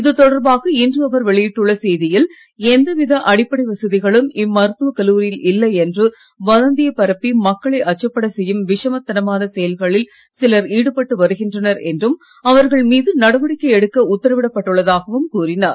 இது தொடர்பாக இன்று அவர் வெளியிட்டுள்ள செய்தியில் எந்தவித அடிப்படை வசதிகளும் இம்மருத்துவ கல்லூரியில் இல்லை என்று வதந்தியை பரப்பி மக்களை அச்சப்பட செய்யும் விஷமத்தனமான செயல்களில் சிலர் ஈடுபட்டு வருகின்றனர் உத்தரவிடப்பட்டுள்ளதாகவும் கூறினார்